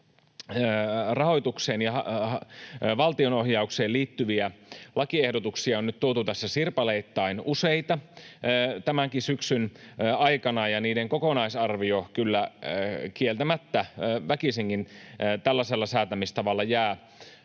rahoitukseen ja valtionohjaukseen liittyviä lakiehdotuksia on nyt tuotu tässä sirpaleittain useita tämänkin syksyn aikana, ja niiden kokonaisarvio kyllä kieltämättä väkisinkin tällaisella säätämistavalla jää